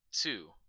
two